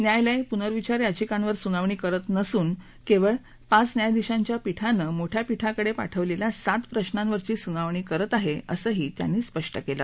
न्यायालय पूनर्विचार याचिकांवर सुनावणी करत नसून केवळ पाच न्यायाधीशांच्या पीठानं मोठ्या पीठाकडे पाठवलेल्या सात प्रशांवरची सुनावणी करत आहे असंही त्यांनी स्पष्ट केलं